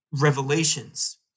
revelations